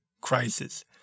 crisis